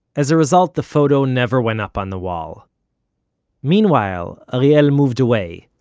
as a result, the photo never went up on the wall meanwhile, ariel moved away,